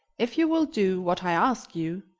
if you will do what i ask you,